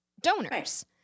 donors